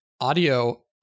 audio